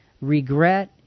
Regret